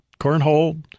cornhole